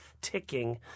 ticking